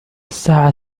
الساعة